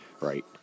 right